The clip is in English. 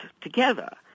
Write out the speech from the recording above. together